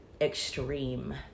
extreme